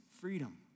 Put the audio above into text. freedom